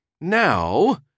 Now